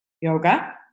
yoga